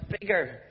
bigger